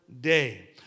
day